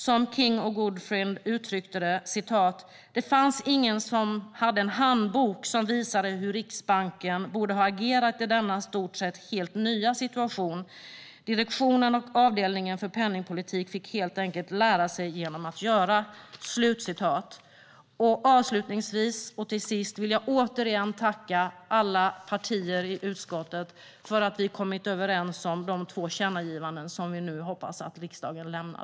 Som King och Goodfriend uttrycker det: "Det fanns ingen handbok som visade hur Riksbanken borde ha agerat i denna i stort sett helt nya situation. Direktionen och avdelningen för penningpolitik fick 'helt enkelt lära genom att göra'." Avslutningsvis vill jag återigen tacka alla partier i utskottet för att vi kommit överens om de två tillkännagivanden som vi nu hoppas att riksdagen lämnar.